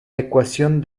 ecuación